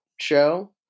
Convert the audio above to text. show